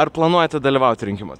ar planuojate dalyvauti rinkimuose